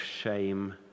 shame